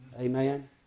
Amen